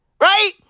right